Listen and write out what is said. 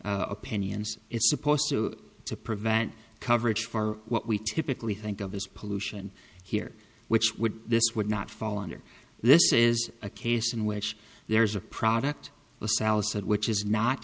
opinions it's supposed to prevent coverage for what we typically think of as pollution here which would this would not fall under this is a case in which there is a product the salish said which is not